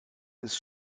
ist